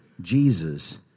Jesus